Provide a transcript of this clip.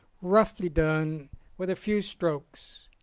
roughly done with a few strokes,